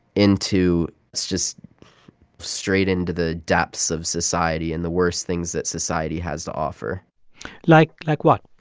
into just straight into the depths of society and the worst things that society has to offer like like what?